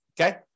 Okay